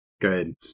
good